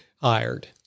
hired